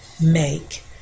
make